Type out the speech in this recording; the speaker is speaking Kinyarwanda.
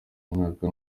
umwaka